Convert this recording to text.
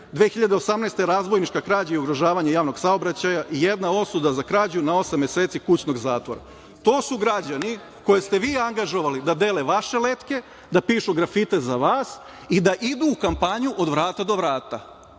godine razbojnička krađa i ugrožavanje javnog saobraćaja, jedna osuda za krađu na osam meseci kućnog zatvora. To su građani koje ste vi angažovali da dele vaše letke, da pišu grafite za vas i da idu u kampanju od vrata do vrata.